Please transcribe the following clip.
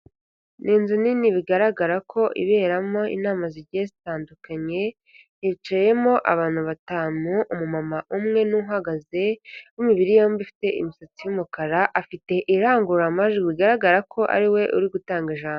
Ni inzu nini bigaragara ko iberamo inama zigiye zitandukanye, hicayemo abantu batanu, umumama umwe n'uhagaze w'imibiri yombi ufite imisatsi y'umukara, afite irangururamajwi bigaragara ko ariwe uri gutanga ijambo.